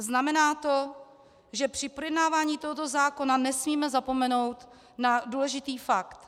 Znamená to, že při projednávání tohoto zákona nesmíme zapomenout na důležitý fakt.